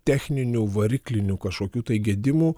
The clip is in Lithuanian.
techninių variklinių kažkokių tai gedimų